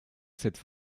cette